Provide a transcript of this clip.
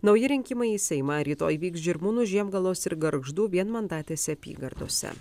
nauji rinkimai į seimą rytoj vyks žirmūnų žiemgalos ir gargždų vienmandatėse apygardose